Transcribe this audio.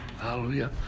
Hallelujah